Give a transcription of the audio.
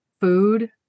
food